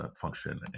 function